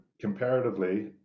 comparatively